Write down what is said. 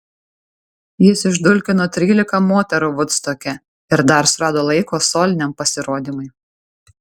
jis išdulkino trylika moterų vudstoke ir dar surado laiko soliniam pasirodymui